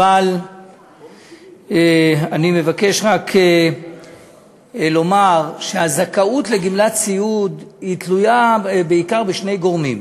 אני רק מבקש לומר שהזכאות לגמלת סיעוד תלויה בעיקר בשני גורמים: